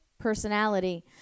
personality